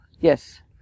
Yes